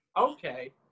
Okay